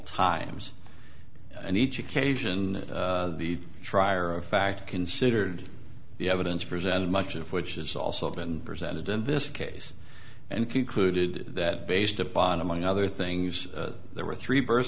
times and each occasion the trier of fact considered the evidence presented much of which has also been presented in this case and concluded that based upon among other things there were three birth